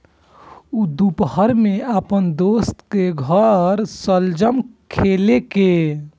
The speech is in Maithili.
ऊ दुपहर मे अपन दोस्तक घर शलजम खेलकै